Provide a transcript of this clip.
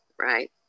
right